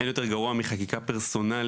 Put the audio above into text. אין יותר גרוע מחקיקה פרסונלית.